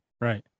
Right